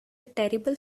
terrible